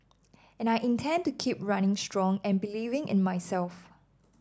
and I intend to keep running strong and believing in myself